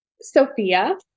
Sophia